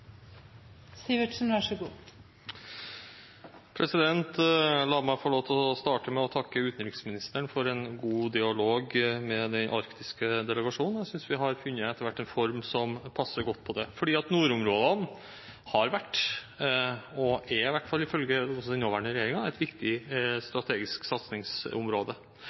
La meg få lov til å starte med å takke utenriksministeren for en god dialog med den arktiske delegasjonen. Jeg synes vi etter hvert har funnet en form som passer godt. Nordområdene har vært og er, også ifølge den nåværende regjeringen, et viktig strategisk satsingsområde.